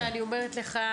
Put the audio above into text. אני אומרת לך,